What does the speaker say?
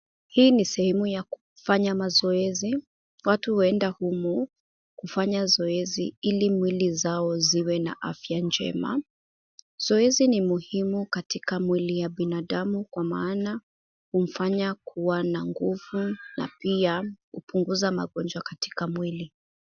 Hii ni sehemu ya kufanya mazoezi. Watu huenda humu kufanya zoezi ili mwili zao ziwe na afya njema. Zoezi ni muhimu katika mwili wa binadamu kwa maana humfanya kuwa na nguvu na pia kupunguza magonjwa katika mwili.